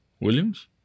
Williams